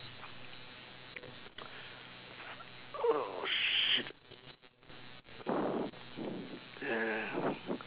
oh shit yeah